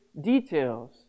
details